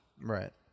right